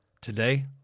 today